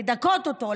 לדכא אותו,